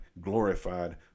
glorified